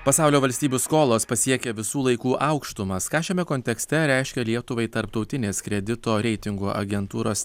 pasaulio valstybių skolos pasiekė visų laikų aukštumas ką šiame kontekste reiškia lietuvai tarptautinės kredito reitingų agentūros